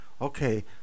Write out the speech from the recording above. Okay